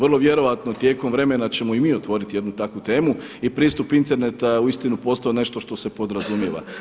Vrlo vjerojatno tijekom vremena ćemo i mi otvoriti jednu takvu temu i pristup interneta je uistinu postao nešto što se podrazumijeva.